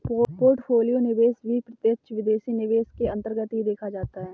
portfolio निवेश भी प्रत्यक्ष विदेशी निवेश के अन्तर्गत ही देखा जाता है